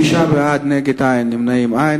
שישה בעד, נגד אין, נמנעים, אין.